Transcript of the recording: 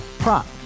Prop